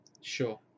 Sure